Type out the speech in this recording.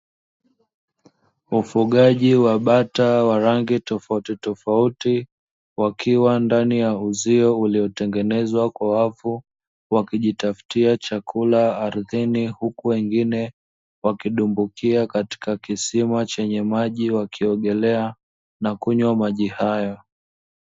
Ufugaji wa bata wa rangi tofautitofauti wakiwa ndani ya uzio uliotengenezwa kwa wavu, wakijitafutia chakula ardhini huku wengine wakidumbukia katika kisima chenye maji wakiogelea na kunywa maji hayo.